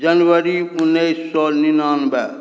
जनवरी उन्नैस सए निनानवे